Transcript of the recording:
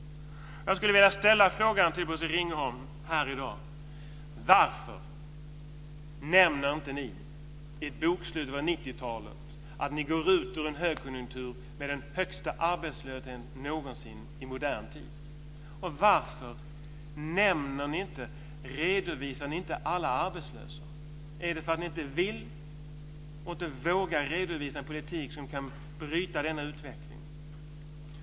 Jag skulle här i dag till Bosse Ringholm vilja ställa frågan: Varför nämner ni inte i bokslutet över 1990-talet att ni går ut ur en högkonjunktur med den högsta arbetslösheten någonsin i modern tid? Varför redovisar ni inte alla arbetslösa? Är det därför att ni inte vill och inte vågar redovisa en politik som kan bryta denna utveckling?